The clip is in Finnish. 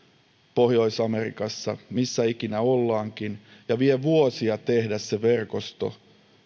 pohjois amerikassa missä ikinä ollaankin ja vie vuosia tehdä se verkosto